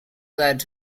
leads